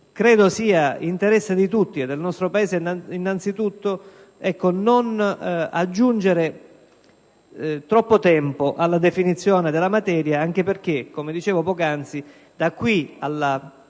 credo sia interesse di tutti, e del nostro Paese innanzi tutto, non aggiungere troppo tempo alla definizione della materia anche perché, come dicevo poc'anzi, da qui alla